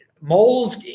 Moles